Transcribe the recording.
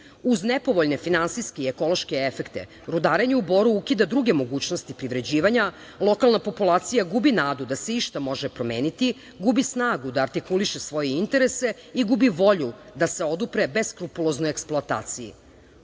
Uz nepovoljne finansijske i ekološke efekte, rudarenje u Boru ukida druge mogućnosti privređivanja. Lokalna populacija gubi nadu da se išta može promeniti, gubi snagu da artikuliše svoje interese i gubi volju da se odupre beskrupuloznoj eksploataciji. Umrtvljivanje